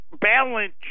balance